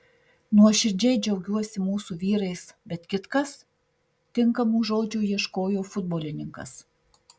nuoširdžiai džiaugiuosi mūsų vyrais bet kitkas tinkamų žodžių ieškojo futbolininkas